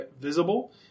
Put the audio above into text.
visible